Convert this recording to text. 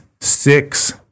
six